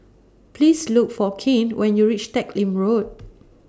Please Look For Cain when YOU REACH Teck Lim Road